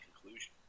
conclusion